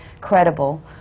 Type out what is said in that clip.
credible